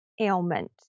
ailment